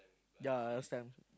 ya I understand